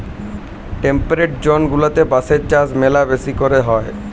temperate zone গুলাতে বাঁশের চাষ ম্যালা বেশি ক্যরে হ্যয়